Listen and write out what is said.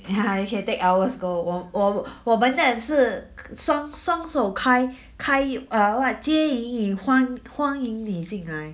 you can take ours go 我我我们的是双双手开开 err what 接迎你欢欢迎你进来